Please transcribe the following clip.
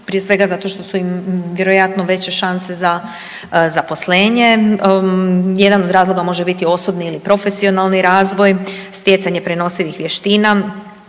prije svega zato što su im vjerojatno veće šanse za zaposlenje, jedan od razloga može biti osobni ili profesionalni razvoj, stjecanje prenosivih vještina